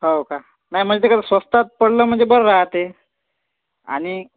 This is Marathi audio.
हो का नाही म्हणजे कसं स्वस्तात पडलं म्हणजे बरं राहते आणि